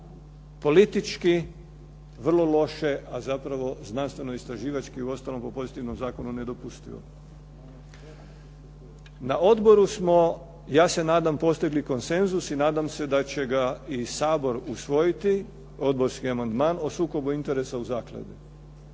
to politički vrlo loše a zapravo znanstveno istraživački uostalom po pozitivnom zakonu nedopustivo. Na odboru smo ja se nadam postigli konsenzus i nadam se da će ga i Sabor usvojiti odborski amandman o sukobu interesa u zakladi.